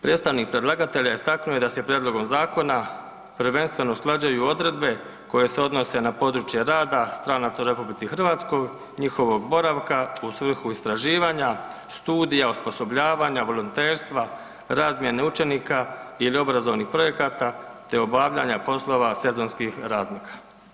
Predstavnik predlagatelja istaknuo je da se prijedlogom zakona prvenstveno usklađuju odredbe koje se odnose na područje rada stranaca u RH, njihovog boravka u svrhu istraživanja, studija, osposobljavanja, volonterstva, razmjene učenika ili obrazovnih projekata, te obavljanja poslova sezonskih radnika.